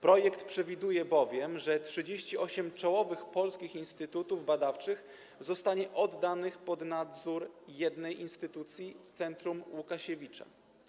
Projekt przewiduje bowiem, że 38 czołowych polskich instytutów badawczych zostanie oddanych pod nadzór jednej instytucji - Centrum Łukasiewicz.